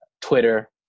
Twitter